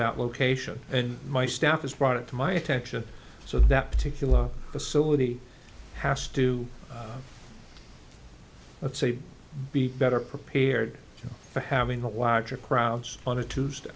that location and my staff has brought it to my attention so that particular facility has to be better prepared for having the larger crowds on a tuesday